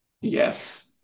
Yes